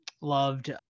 Loved